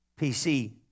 PC